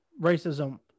Racism